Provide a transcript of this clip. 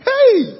Hey